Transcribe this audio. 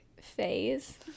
phase